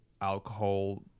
alcohol